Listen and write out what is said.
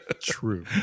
True